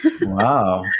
Wow